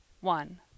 one